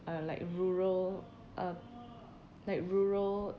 uh like rural uh like rural